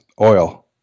oil